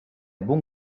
bon